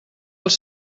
els